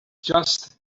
just